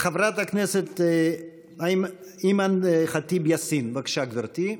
חברת הכנסת אימאן ח'טיב יאסין, בבקשה, גברתי.